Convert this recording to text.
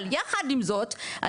אבל יחד עם זאת,